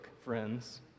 friends